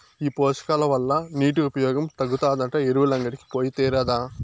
ఈ పోషకాల వల్ల నీటి వినియోగం తగ్గుతాదంట ఎరువులంగడికి పోయి తేరాదా